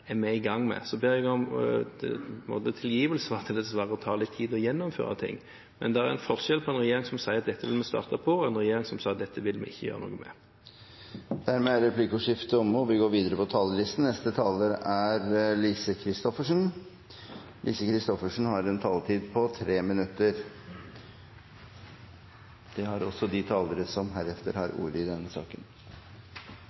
er vi i gang med. Så ber jeg om tilgivelse for at det dessverre tar litt tid å gjennomføre ting. Men det er forskjell på en regjering som sier at dette vil vi starte på, og en regjering som sier at dette vil vi ikke gjøre noe med. Dermed er replikkordskiftet omme. De talere som heretter får ordet, har en taletid på inntil 3 minutter.